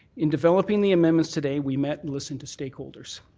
in developing the amendments today, we met and listened to stakeholders.